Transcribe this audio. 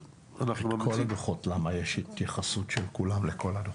יש התייחסות של כולם לכל הדו"חות.